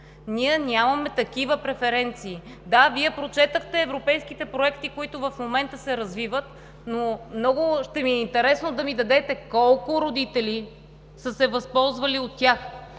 Ние нямаме такива преференции. Да, Вие прочетохте европейските проекти, които в момента се развиват, но много ще ми е интересно да ми дадете колко родители са се възползвали от тях.